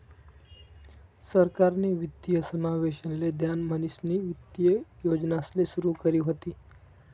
सरकारनी वित्तीय समावेशन ले ध्यान म्हणीसनी वित्तीय योजनासले सुरू करी व्हती